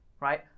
Right